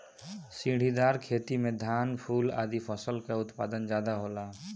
सीढ़ीदार खेती में धान, फूल आदि फसल कअ उत्पादन ज्यादा होला